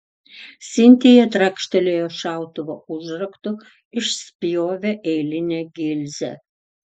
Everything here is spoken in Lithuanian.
sintija trakštelėjo šautuvo užraktu išspjovė eilinę gilzę